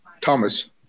Thomas